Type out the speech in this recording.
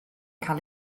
cael